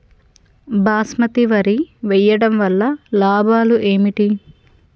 బాస్మతి వరి వేయటం వల్ల లాభాలు ఏమిటి?